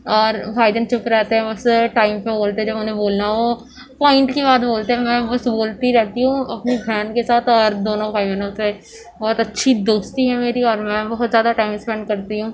اور بھائی جان چپ رہتے ہیں وہ صرف ٹائم پہ بولتے ہیں جب انہیں بولنا ہو پوائنٹ کی بات بولتے ہیں میں بس بولتی رہتی ہوں اپنی بہن کے ساتھ اور دونوں بھائی بہنوں سے بہت اچھی دوستی ہے میری اور میں بہت زیادہ ٹائم اسپینڈ کرتی ہوں